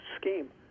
scheme